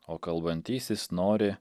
o kalbantysis nori